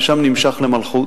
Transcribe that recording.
ושם נמשח למלכות.